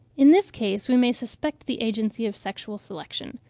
in this case, we may suspect the agency of sexual selection.